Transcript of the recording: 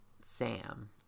Sam